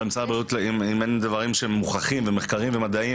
אבל אם אין דברים מוכחים וידועים,